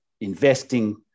investing